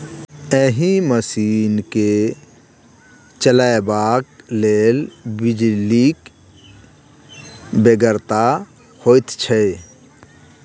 एहि मशीन के चलयबाक लेल बिजलीक बेगरता होइत छै